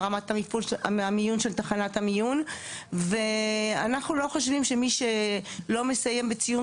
מה מרמת המיון של תחנת המיון ואנחנו לא חושבים שמי שלא מסיים בציון